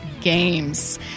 games